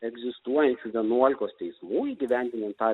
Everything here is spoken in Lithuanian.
egzistuojančių vienuolikos teismų įgyvendinant tą